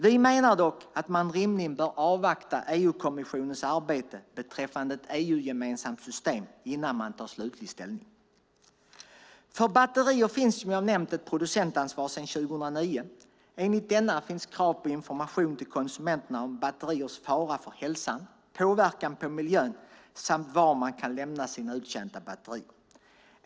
Vi menar dock att rimligen bör man avvakta EU-kommissionens arbete beträffande ett EU-gemensamt system innan man tar slutlig ställning. För batterier finns som jag nämnt ett producentansvar sedan 2009. Enligt denna finns krav på information till konsumenterna om batteriers fara för hälsan, påverkan på miljön och var man kan lämna sina uttjänta batterier.